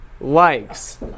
likes